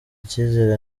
kizere